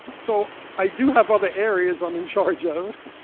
so, i do have other areas i'm in charge of,